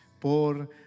por